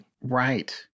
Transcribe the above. Right